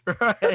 Right